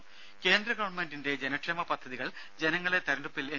രുമ കേന്ദ്ര ഗവൺമെന്റിന്റെ ജനക്ഷേമ പദ്ധതികൾ ജനങ്ങളെ തിരഞ്ഞെടുപ്പിൽ എൻ